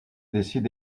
décide